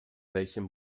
welchem